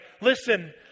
listen